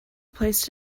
placed